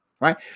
Right